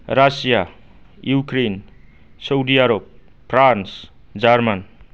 Russia Ukraine चौदि Arab France German